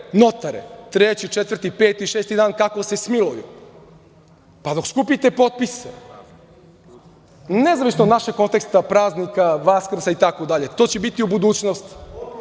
notare, treći, četvrt, peti, šesti da,n kako se smiluju, pa dok skupite potpise, nezavisno od našeg konteksta, praznika, Vaskrsa itd, to će biti u budućnosti,